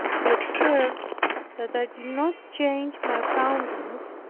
he observed that i did not change my countenance,